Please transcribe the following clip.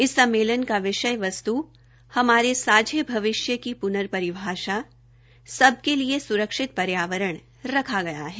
इस सम्मेलन का विषय हमारे सांझे भविष्य की प्नर परिभाषा सब के लिलए सुरक्षित पर्यावरण रखा गया है